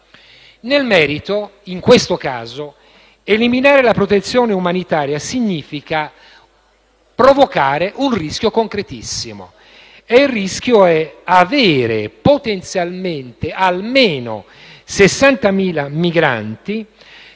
Nel merito, in questo caso, eliminare la protezione umanitaria significa provocare un rischio concretissimo, e cioè il rischio di avere potenzialmente almeno 60.000 migranti